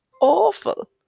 awful